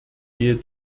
wir